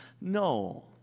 No